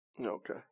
Okay